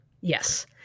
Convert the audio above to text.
Yes